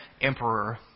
emperor